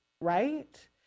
right